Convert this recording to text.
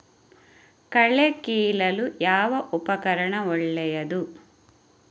ಕಳೆ ಕೀಳಲು ಯಾವ ಉಪಕರಣ ಒಳ್ಳೆಯದು?